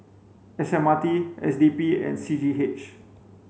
S M R T S D P and C G H